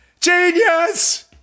Genius